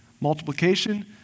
Multiplication